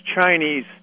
Chinese